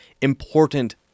important